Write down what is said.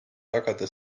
tagada